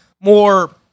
more